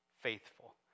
faithful